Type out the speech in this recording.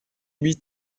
huit